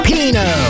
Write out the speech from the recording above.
Pino